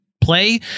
play